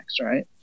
right